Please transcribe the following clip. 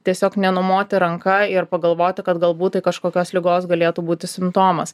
tiesiog nenumoti ranka ir pagalvoti kad galbūt tai kažkokios ligos galėtų būti simptomas